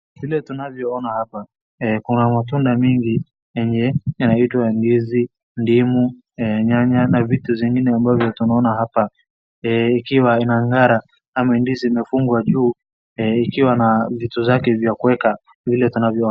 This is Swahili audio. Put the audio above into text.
Vile tunavyoona hapa kuna matunda mingi yenye yanaitwa ndizi, ndimu, nyanya na vitu zingine ambavyo tunaona hapa ikiwa inang'ara na ndizi imefungwa juu ikiwa na vitu vyake vya kuweka vile tunaona.